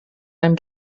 einem